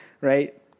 right